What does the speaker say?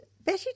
Betty